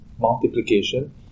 multiplication